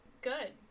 Good